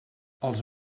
els